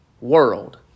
world